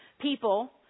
people